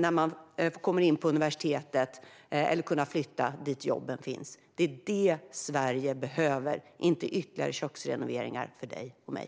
de kommer in på universitetet eller flytta dit där jobben finns. Det är detta Sverige behöver, inte ytterligare köksrenoveringar för dig och mig.